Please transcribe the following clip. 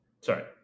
Sorry